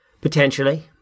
potentially